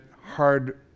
hard